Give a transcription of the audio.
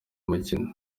mukino